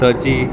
थची